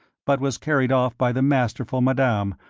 but was carried off by the masterful madame,